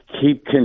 keep